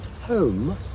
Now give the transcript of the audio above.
Home